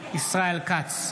ישראל כץ,